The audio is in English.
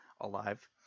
alive